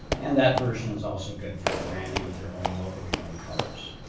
and that version is also good for branding with your own logo, your own colors.